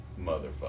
motherfucker